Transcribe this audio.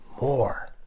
More